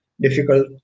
difficult